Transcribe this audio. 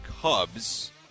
Cubs